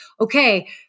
okay